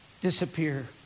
disappear